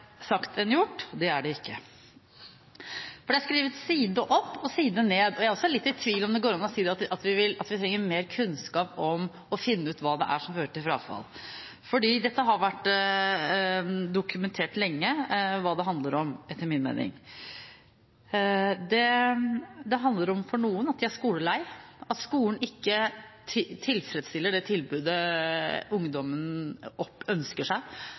sagt enn gjort. Det er det ikke. Det er skrevet side opp og side ned om dette. Jeg er også litt i tvil om det går an å si at vi trenger mer kunnskap for å finne ut hva som fører til frafall, for det har vært dokumentert lenge hva dette handler om, etter min mening. Det handler for noen om at de er skoleleie, at skolen ikke tilfredsstiller det tilbudet ungdommen ønsker seg.